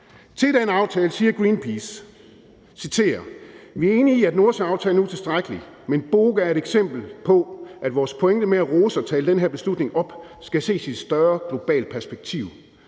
Til den aftale siger Greenpeace, og jeg citerer: »Vi er enige i, at Nordsøaftalen er utilstrækkelig, men BOGA er et eksempel på, at vores pointe med at rose og tale denne beslutning op, skal ses i et større, globalt perspektiv: